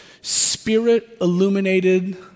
spirit-illuminated